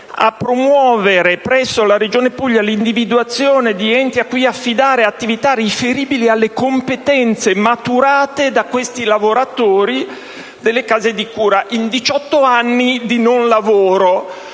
a promuovere presso la Regione Puglia l'individuazione di enti strumentali cui affidare attività riferibili alle competenze maturate» da questi lavoratori nelle Case di cura in 18 anni di non-lavoro.